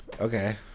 Okay